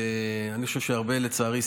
לצערי,